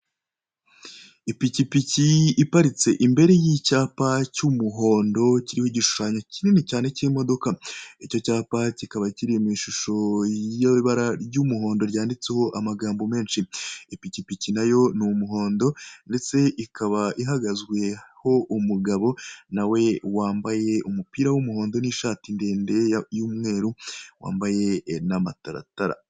Ipikipiki iparitse imbere y'icyapa cy'umuhondo kiriho igishushanyo kinini cyane cy'imodoka, icyo cyapa kikaba kiri mu ishusho y'ibara ry'umuhondo ryanditseho amagambo menshi, ipikipiki na yo ni umuhondo ndetse ikaba ihagazweho umugabo na we wambaye umupira w'umuhondo n'ishati ndende y'umweru, wambaye n'amataratara.